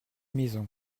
maisons